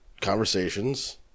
conversations